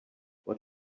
what